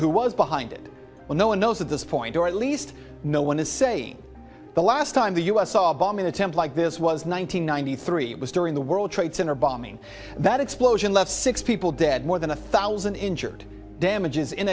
who was behind it no one knows at this point or at least no one is saying the last time the u s saw a bombing attempt like this was one nine hundred ninety three was during the world trade center bombing that explosion left six people dead more than a thousand injured damages in